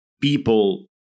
people